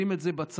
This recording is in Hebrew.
שים את זה בצד,